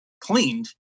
cleaned